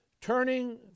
turning